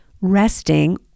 resting